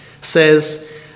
says